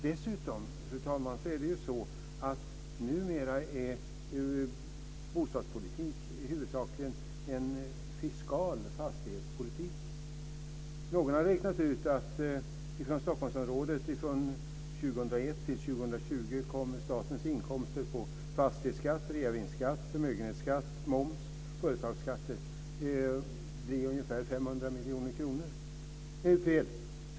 Dessutom, fru talman, är bostadspolitik numera huvudsakligen en fiskal fastighetspolitik. Någon har räknat ut att från 2001 till 2020 kommer statens inkomster i Stockholmsområdet från fastighetsskatt, reavinstskatt, förmögenhetsskatt, moms, företagsskatt att bli ungefär 500 miljarder kronor.